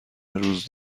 روز